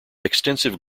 extensive